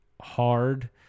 hard